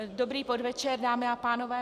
Dobrý podvečer, dámy a pánové.